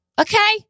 Okay